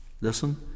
Listen